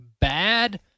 bad